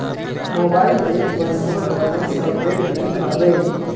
mobile app पर मोर balance update नई हवे